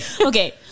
Okay